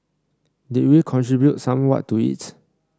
did we contribute somewhat to it